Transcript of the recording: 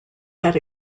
had